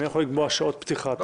אני יכול לקבוע שעות פתיחה.